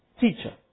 Teacher